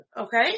okay